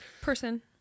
Person